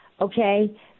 okay